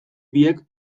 biek